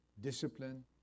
discipline